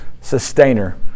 Sustainer